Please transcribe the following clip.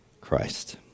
Christ